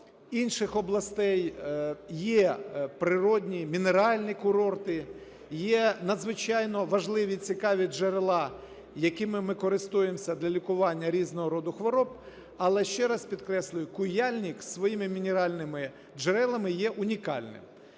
інших областей є природні мінеральні курорти, є надзвичайно важливі цікаві джерела, якими ми користуємося для лікування різного роду хвороб. Але ще раз підкреслюю: Куяльник з своїми мінеральними джерелами є унікальним.